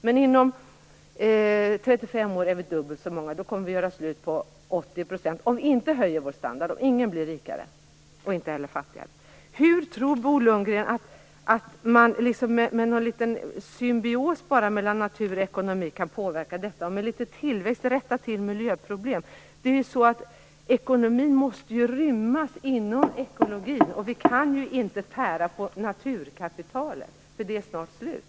Men inom 35 år är vi dubbelt så många. Då kommer vi att göra slut på 80 % om vi inte höjer vår standard och ingen blir rikare och inte heller fattigare. Hur tror Bo Lundgren att man med någon litet symbios mellan natur och ekonomi kan påverka detta? Hur skall man kunna rätta till miljöproblem med litet tillväxt? Ekonomin måste ju rymmas inom ekologin. Vi kan ju inte tära på naturkapitalet, för det är snart slut.